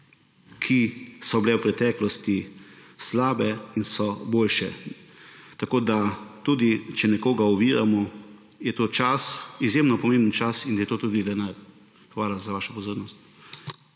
ki so bile v preteklosti slabe in so boljše. Tudi če nekoga oviramo, je to čas, izjemno pomemben čas in je to tudi denar. Hvala za vašo pozornost.